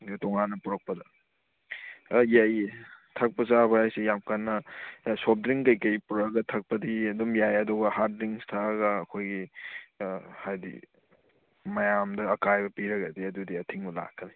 ꯑꯗꯨ ꯇꯣꯉꯥꯟꯅ ꯄꯣꯔꯛꯄꯗ ꯌꯥꯏꯌꯦ ꯊꯛꯄ ꯆꯥꯕ ꯍꯥꯏꯁꯤ ꯌꯥꯝ ꯀꯟꯅ ꯁꯣꯐ ꯗ꯭ꯔꯤꯡ ꯀꯩꯀꯩ ꯄꯣꯔꯛꯑꯒ ꯊꯛꯄꯗꯤ ꯑꯗꯨꯝ ꯌꯥꯏ ꯑꯗꯨꯒ ꯍꯥꯔꯗ ꯗ꯭ꯔꯤꯡꯁ ꯊꯥꯛꯑꯒ ꯑꯩꯈꯣꯏꯒꯤ ꯍꯥꯏꯗꯤ ꯃꯌꯥꯝꯗ ꯑꯀꯥꯏꯕ ꯄꯤꯔꯒꯗꯤ ꯑꯗꯨꯗꯤ ꯑꯊꯤꯡꯕ ꯂꯥꯛꯀꯅꯤ